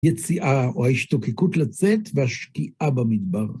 יציאה או השתוקקות לצאת והשקיעה במדבר.